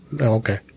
Okay